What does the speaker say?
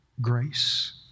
grace